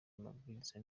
amabwiriza